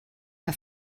que